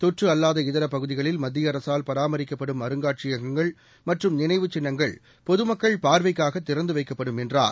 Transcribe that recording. தொற்றுஅல்லாத இதரபகுதிகளில் மத்தியஅரசால் பராமரிக்கப்படும் அருங்காட்சியகங்கள் மற்றும் நினைவுச் சின்னங்கள் பொதமக்கள் பார்வைக்காகதிறந்துவைக்கப்படும் என்றார்